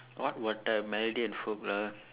what water melody and folk lah